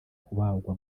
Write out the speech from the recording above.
kubagwa